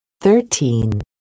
Thirteen